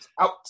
out